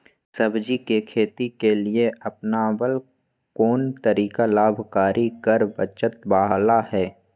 सब्जी के खेती के लिए अपनाबल कोन तरीका लाभकारी कर बचत बाला है?